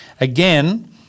Again